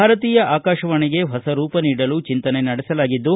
ಭಾರತೀಯ ಆಕಾಶವಾಣಿಗೆ ಹೊಸ ರೂಪ ನೀಡಲು ಚಿಂತನೆ ನಡೆಸಲಾಗಿದ್ದು